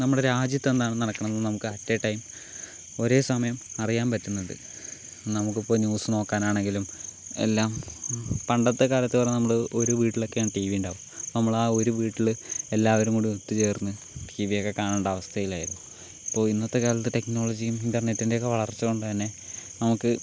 നമ്മുടെ രാജ്യത്ത് എന്താണ് നടക്കണതെന്ന് നമുക്ക് അറ്റ് എ ടൈം ഒരേ സമയം അറിയാൻ പറ്റുന്നുണ്ട് നമുക്കിപ്പോൾ ന്യൂസ് നോക്കാനാണങ്കിലും എല്ലാം പണ്ടത്തെ കാലത്ത് പറഞ്ഞ നമ്മള് ഒരു വീട്ടിലൊക്കെയാണ് ടി വി ഉണ്ടാവുക നമ്മള് ആ ഒരു വീട്ടില് എല്ലാവരും കൂടെ ഒത്തു ചേർന്ന് ടി വി ഒക്കെ കാണേണ്ട അവസ്ഥയിലായിരുന്നു ഇപ്പോൾ ഇന്നത്തെ കാലത്ത് ടെക്നോളജിയും ഇൻ്റർനെറ്റിൻ്റെ ഒക്കെ വളർച്ച കൊണ്ട് തന്നെ നമുക്ക്